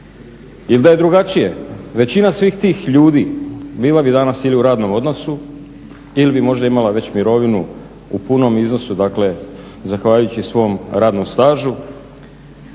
Ili da je drugačije, većina svih tih ljudi bila bi danas ili u radnom odnosu ili bi možda imala već mirovinu u punom iznosu, dakle zahvaljujući svom radnom stažu